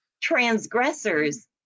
transgressors